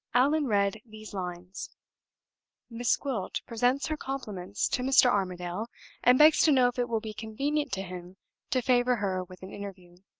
allan read these lines miss gwilt presents her compliments to mr. armadale and begs to know if it will be convenient to him to favor her with an interview,